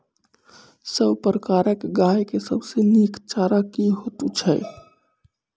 सब प्रकारक गाय के सबसे नीक चारा की हेतु छै?